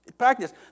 practice